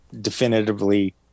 definitively